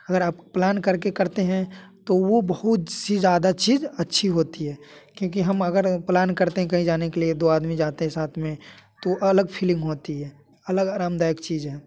अगर आप प्लान करके करते हैं तो वो बहुत सी ज़्यादा चीज अच्छी होती है क्योंकि हम अगर प्लान करते हैं कहीं जाने के लिए दो आदमी जाते हैं साथ में तो अलग फीलिंग होती है अलग आरामदायक चीज़ है